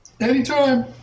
Anytime